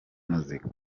muzika